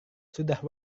sudah